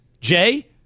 Jay